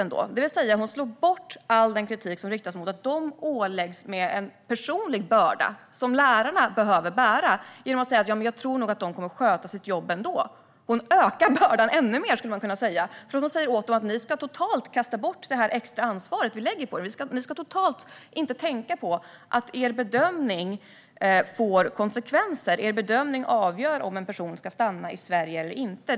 Hon slår ifrån sig all den kritik som riktas mot att lärarna åläggs en personlig börda genom att hon säger att hon tror att de kommer att sköta sitt jobb i alla fall. Hon ökar bördan ännu mer genom att säga att lärarna inte ska tänka på att deras bedömning får konsekvenser. Lärarnas bedömning avgör om en person får stanna i Sverige eller inte.